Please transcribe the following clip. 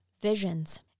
visions